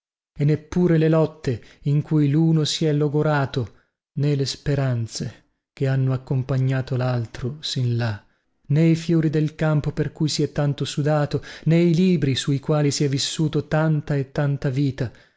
e neppure le lotte in cui luno si logorato nè le speranze che hanno accompagnato sin qui nè i fiori del campo per cui ho tanto sudato nè i libri sui quali ho vissuto tanta e tanta vita